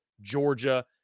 Georgia